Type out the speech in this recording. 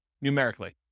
numerically